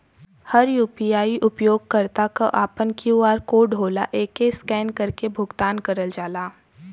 हर UPI उपयोगकर्ता क आपन क्यू.आर कोड होला एके स्कैन करके भुगतान करल जाला